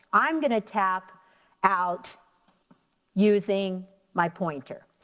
i'm gonna tap out using my pointer.